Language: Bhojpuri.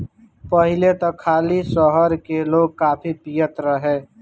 पहिले त खाली शहर के लोगे काफी पियत रहे